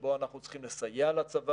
שבו אנחנו צריכים לסייע לצבא,